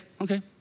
Okay